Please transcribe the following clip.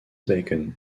bacon